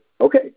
okay